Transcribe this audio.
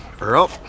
Earl